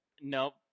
Nope